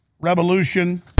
revolution